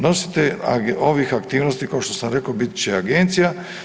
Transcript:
Nositelj ovih aktivnosti kao što sam rekao bit će agencija.